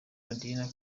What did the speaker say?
nadine